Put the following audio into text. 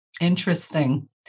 Interesting